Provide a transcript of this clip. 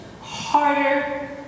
harder